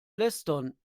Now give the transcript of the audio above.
lästern